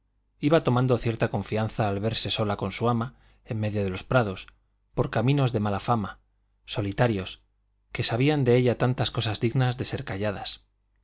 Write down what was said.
iba tomando cierta confianza al verse sola con su ama en medio de los prados por caminos de mala fama solitarios que sabían de ella tantas cosas dignas de ser calladas